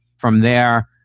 from there,